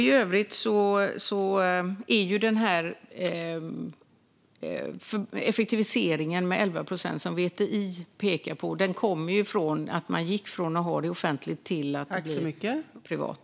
I övrigt kommer den effektivisering med 11 procent som VTI pekar på från att man gick från att ha det offentligt till att det blev privat.